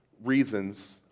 reasons